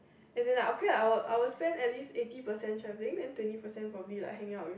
as in like okay la I will I will spend at least eighty percent travelling and twenty percent probably hanging out with